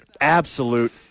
absolute